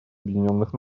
объединенных